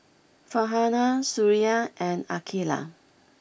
Farhanah Suria and Aqeelah